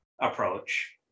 approach